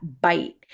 bite